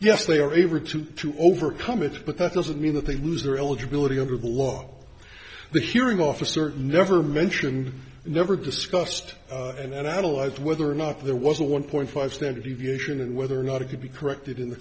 yes they are able to to overcome it but that doesn't mean that they lose their eligibility under the law the hearing officer never mentioned never discussed that out aloud whether or not there was a one point five standard deviation and whether or not it could be corrected in the